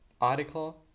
article